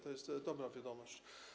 To jest dobra wiadomość.